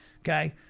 Okay